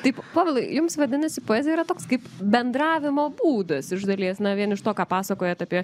taip povilai jums vadinasi poezija yra toks kaip bendravimo būdas iš dalies na vien iš to ką pasakojat apie